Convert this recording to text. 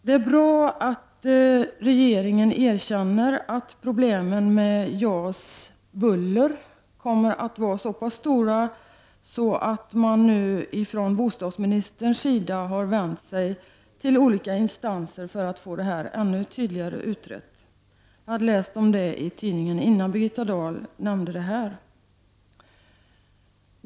Det är bra att regeringen erkänner att problemen med buller från JAS kommer att vara så pass stora att bostadsministern nu har vänt sig till olika instanser för att få detta tydligare utrett. Jag har läst om detta i tidningen innan Birgitta Dahl nämnde det här.